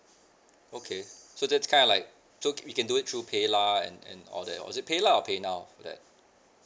okay so that's kind of like so can we can do it through paylah and and all that was it paylah or paynow for that